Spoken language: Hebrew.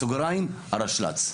בסוגריים, הראש"ל.